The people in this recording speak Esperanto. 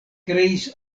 kreis